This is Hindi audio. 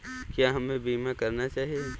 क्या हमें बीमा करना चाहिए?